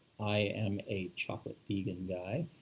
i am a chocolate vegan guy.